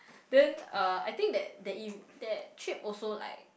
then uh I think that that e~ that trip also like